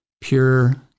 pure